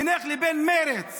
בינך לבין מרצ,